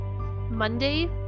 Monday